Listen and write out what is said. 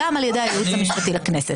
גם על ידי הייעוץ המשפטי לכנסת.